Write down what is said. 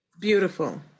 beautiful